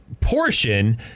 Portion